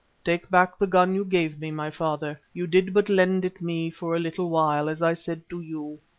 take back the gun you gave me, my father. you did but lend it me for a little while, as i said to you.